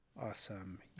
awesome